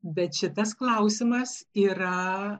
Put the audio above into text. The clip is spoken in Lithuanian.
bet šitas klausimas yra